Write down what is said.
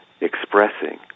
expressing